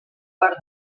part